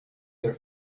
their